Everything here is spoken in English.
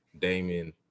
damien